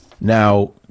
Now